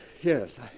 Yes